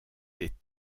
des